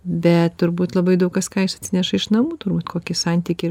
bet turbūt labai daug kas ką jis atsineša iš namų turbūt kokį santykį